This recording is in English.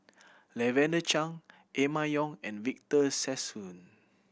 Lavender Chang Emma Yong and Victor Sassoon